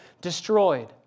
destroyed